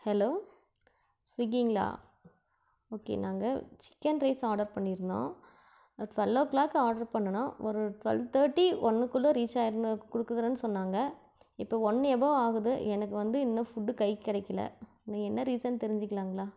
hello ஸ்விகிங்ளா okay நாங்கள் chicken rice order பண்ணியிருந்தோம் டுவெல்வ் ஓ கிளாக் ஆடர் பண்ணுனோம் ஒரு டுவெல் தேர்டி ஒன்றுக்குள்ள ரீச் கொடுக்கிறேனு சொன்னாங்க இப்போ ஒன்று எபோவ் ஆகுது எனக்கு வந்து இன்றும் ஃபுட் கைக்கு கிடைக்கில இது என்ன ரீசன் தெரிஞ்சுக்கிலாங்களா